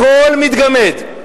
הכול מתגמד.